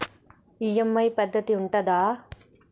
EMI పద్ధతి ఉంటదా?